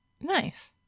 Nice